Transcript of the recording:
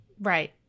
Right